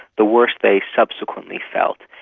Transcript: the worse they subsequently felt.